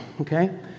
okay